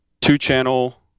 two-channel